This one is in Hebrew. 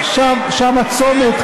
שם הצומת,